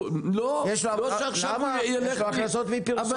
יש הכנסות מפרסומות -- לא -- למה?